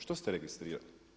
Što ste registrirali?